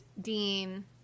Dean